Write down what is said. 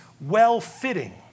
well-fitting